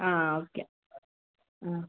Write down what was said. ആ ഓക്കേ ആ